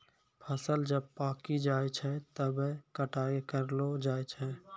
फसल जब पाक्की जाय छै तबै कटाई करलो जाय छै